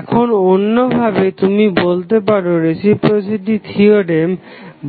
এখন অন্যভাবে তুমি বলতে পারো রেসিপ্রোসিটি থিওরেম